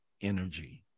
energy